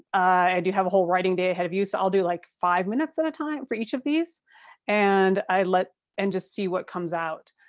i do have a whole writing day ahead of you, so i'll do like five minutes at a time for each of these and i let and just see what comes out.